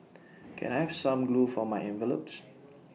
can I have some glue for my envelopes